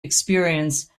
experience